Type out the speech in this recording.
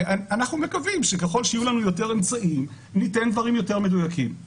ואנחנו מקווים שככל שיהיו לנו יותר אמצעים ניתן דברים יותר מדויקים,